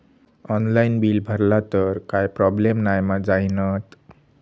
Online bill भरला तर काय प्रोब्लेम नाय मा जाईनत?